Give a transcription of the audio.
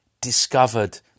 discovered